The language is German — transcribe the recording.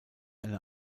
eine